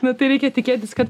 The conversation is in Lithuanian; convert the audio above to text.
na tai reikia tikėtis kad